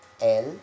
El